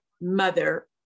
mother